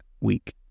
week